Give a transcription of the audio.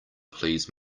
please